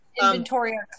inventory